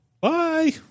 Bye